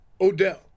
Odell